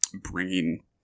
bringing –